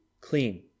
clean